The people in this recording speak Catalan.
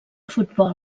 futbol